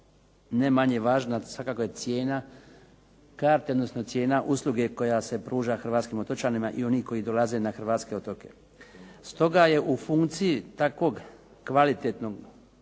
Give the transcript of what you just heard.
ne manje važna svakako je cijena karte, odnosno cijena usluge koja se pruža hrvatskim otočanima i oni koji dolaze na hrvatske otoke. Stoga je u funkciji takvog kvalitetnog